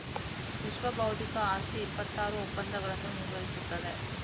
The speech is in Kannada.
ವಿಶ್ವಬೌದ್ಧಿಕ ಆಸ್ತಿ ಇಪ್ಪತ್ತಾರು ಒಪ್ಪಂದಗಳನ್ನು ನಿರ್ವಹಿಸುತ್ತದೆ